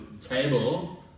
table